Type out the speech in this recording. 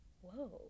whoa